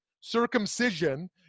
circumcision